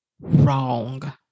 wrong